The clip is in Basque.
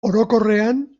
orokorrean